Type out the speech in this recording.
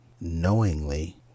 knowingly